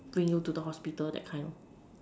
bring you to the hospital that kind